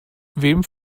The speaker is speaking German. wem